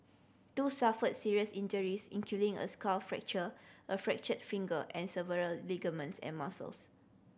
two suffered serious injuries including a skull fracture a fractured finger and severed ligaments and muscles